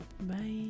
Bye